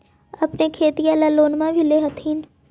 अपने खेतिया ले लोनमा भी ले होत्थिन?